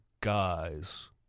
guys